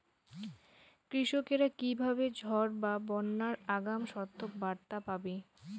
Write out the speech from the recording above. কৃষকেরা কীভাবে ঝড় বা বন্যার আগাম সতর্ক বার্তা পাবে?